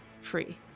free